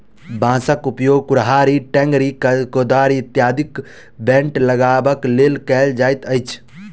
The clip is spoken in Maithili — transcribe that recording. बाँसक उपयोग कुड़हड़ि, टेंगारी, कोदारि इत्यादिक बेंट लगयबाक लेल कयल जाइत अछि